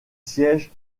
sièges